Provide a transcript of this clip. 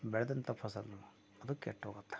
ಬೆಳೆದಂತ ಫಸಲು ಅದು ಕೆಟ್ಟೋಗುತ್ತೆ